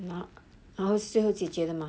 然后最后解决了吗